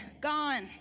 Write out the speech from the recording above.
gone